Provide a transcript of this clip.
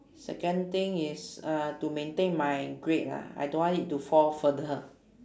second thing is uh to maintain my grade lah I don't want it to fall further